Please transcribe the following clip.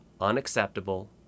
unacceptable